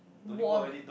won ah